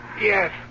Yes